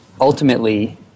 ultimately